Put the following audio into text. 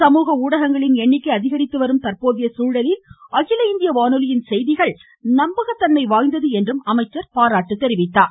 சமூக ஊடகங்களின் எண்ணிக்கை அதிகரித்து வரும் தற்போதைய சூழலில் அகில இந்திய வானொலியின் செய்திகள் நம்பகத்தன்மை வாய்ந்தது என்றும் அமைச்சர் பாராட்டினார்